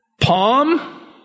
palm